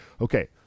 Okay